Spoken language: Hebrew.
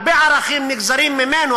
הרבה ערכים נגזרים ממנו,